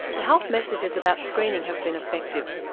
the health messages about screening have been effective.